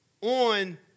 on